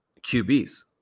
QBs